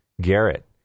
Garrett